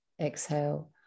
exhale